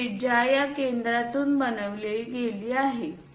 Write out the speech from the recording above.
ही त्रिज्या या केंद्रातून बनविली गेली आहे